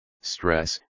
stress